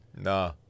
No